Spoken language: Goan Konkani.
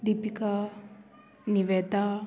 दिपिका निवेता